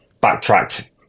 backtracked